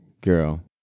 girl